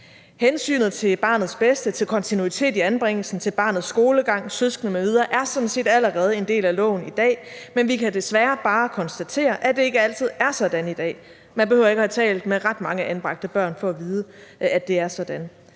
Hensynet til barnets bedste, til kontinuitet i anbringelsen, til barnets skolegang, søskende mv. er sådan set allerede en del af loven i dag, men vi kan desværre bare konstatere, at det ikke altid er sådan i dag. Man behøver ikke at have talt med ret mange anbragte børn for at vide, at det er sådan.